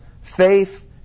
faith